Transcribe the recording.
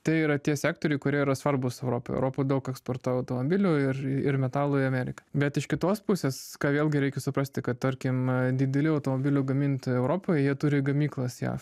tai yra tie sektoriai kurie yra svarbūs europai europa daug ką eksportuoja automobilių ir ir metalų į ameriką bet iš kitos pusės vėlgi reikia suprasti kad tarkim didelių automobilių gamintojų europoje jie turi gamyklas jav